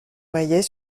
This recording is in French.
maillet